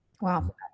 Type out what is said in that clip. Wow